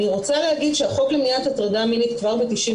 אני רוצה לומר שהחוק למניעת הטרדה מינית כבסר בשנת